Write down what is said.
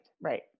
Right